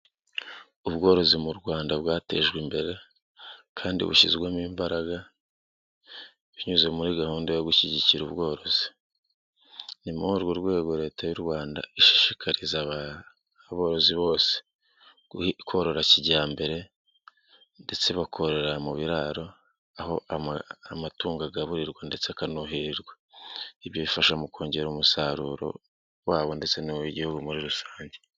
Ubworozi mu Rwanda bwatejwe imbere kandi bushyizwemo imbaraga binyuze muri gahunda yo gushyigikira ubworozi. Ni muri urwo rwego leta y'u Rwanda ishishikariza aborozi bose korora kijyambere ndetse bakorora mu biraro, aho amatungo agaburirwa ndetse akanoherwa ibifasha mu kongera umusaruro wabo ndetse n'igihugu muri rusange.